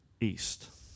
east